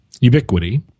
ubiquity